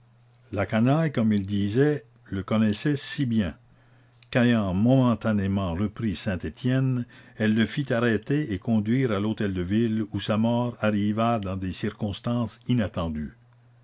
la canaille comme il disait le connaissait si bien qu'ayant momentanément repris saint-etienne elle le fit arrêter et conduire à l'hôtel-de-ville où sa mort arriva dans des circonstances inattendues